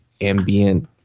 ambient